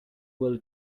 will